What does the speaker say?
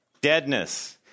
deadness